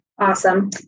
Awesome